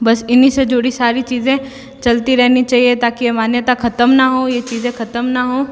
बस इन्हीं से जुड़ी सारी चीज़ें चलती रहनी चाहिए ताकि यह मान्यता ख़त्म ना हो ये चीज़ें ख़त्म ना हो